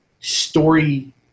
story